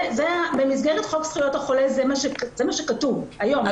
זה במסגרת חוק זכויות החולה, זה מה שכתוב, היום.